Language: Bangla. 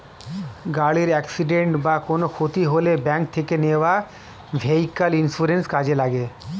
গাড়ির অ্যাকসিডেন্ট বা কোনো ক্ষতি হলে ব্যাংক থেকে নেওয়া ভেহিক্যাল ইন্সুরেন্স কাজে লাগে